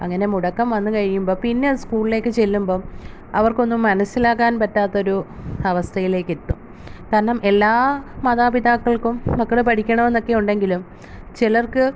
അങ്ങനെ മുടക്കം വന്ന് കഴിയുമ്പോൾ പിന്നെ സ്കൂളിലേക്ക് ചെല്ലുമ്പം അവർക്കൊന്നും മനസിലാകാൻ പറ്റാത്തൊരു അവസ്ഥയിലേക്കേത്തും കാരണം എല്ലാ മാതാപിതാക്കൾക്കും മക്കൾ പഠിക്കണോന്നൊക്കെ ഉണ്ടെങ്കിലും ചിലർക്ക്